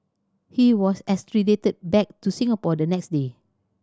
he was extradited back to Singapore the next day